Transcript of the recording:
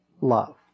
love